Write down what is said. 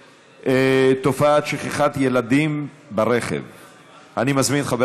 תופעת שכחת ילדים ברכב, מס' 4079,